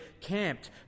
camped